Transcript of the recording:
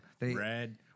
red